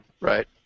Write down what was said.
Right